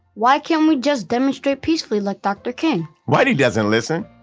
why can't we just demonstrate peacefully like dr. king? whitey doesn't listen.